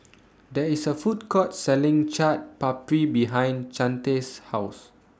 There IS A Food Court Selling Chaat Papri behind Chante's House